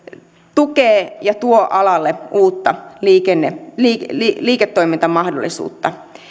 tukevat ja tuovat alalle uutta liiketoimintamahdollisuutta